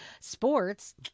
sports